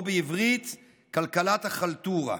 או בעברית, כלכלת החלטורה.